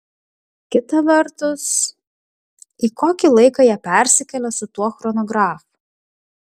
kita vertus į kokį laiką jie persikėlė su tuo chronografu